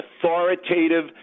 authoritative